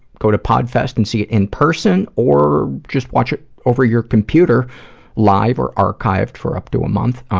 go to podfest and see it in person, or just watch it over your computer live or archived for up to a month,